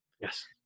Yes